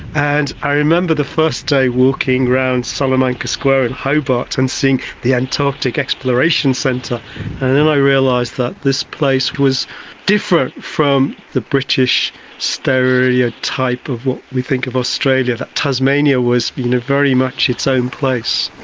and i remember the first day walking round salamanca square in hobart and seeing the antarctic exploration centre and then i realised that this place was different from the british stereotype of what we think of australia, that tasmania was very much its own place.